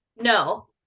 no